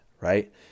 right